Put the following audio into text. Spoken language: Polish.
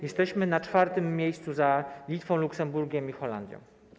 Jesteśmy na czwartym miejscu za Litwą, Luksemburgiem i Holandią.